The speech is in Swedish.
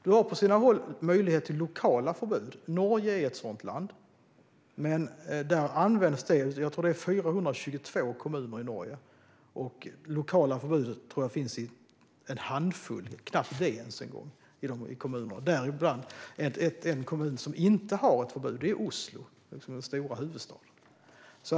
Det finns på sina håll möjlighet till lokala förbud. Norge är ett sådant land. Men av de, tror jag, 422 kommunerna i Norge är det en knapp handfull som har lokala förbud. En kommun som inte har något förbud är huvudstaden Oslo.